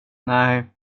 nej